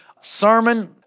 sermon